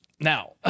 Now